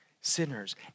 sinners